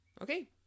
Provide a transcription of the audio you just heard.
Okay